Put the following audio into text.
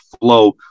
flow